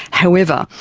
however,